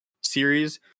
series